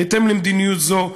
בהתאם למדיניות זו,